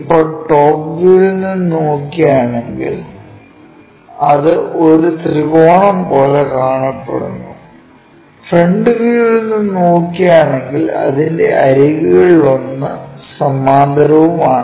ഇപ്പോൾ ടോപ് വ്യൂവിൽ നിന്ന് നോക്കുകയാണെങ്കിൽ അത് ഒരു ത്രികോണം പോലെ കാണപ്പെടുന്നു ഫ്രണ്ട് വ്യൂവിൽ നിന്ന് നോക്കുകയാണെങ്കിൽ അതിന്റെ അരികുകളിൽ ഒന്ന് സമാന്തരവുമാണ്